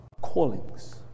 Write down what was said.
callings